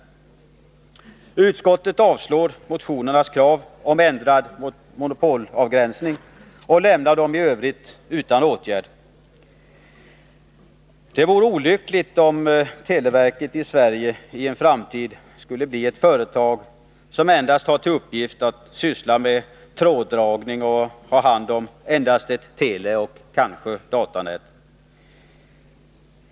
Utskottet avstyrker motionernas krav på ändrad monopolavgränsning och lämnar dem i övrigt utan åtgärd. Det vore olyckligt om televerket i Sverige i en framtid skulle bli ett företag som endast har till uppgift att syssla med tråddragning och ha hand om ett teleoch kanske ett datanät.